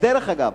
דרך אגב,